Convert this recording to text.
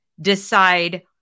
decide